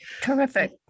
terrific